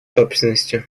собственностью